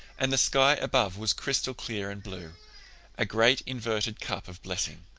and the sky above was crystal clear and blue a great inverted cup of blessing.